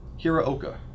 Hiraoka